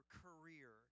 career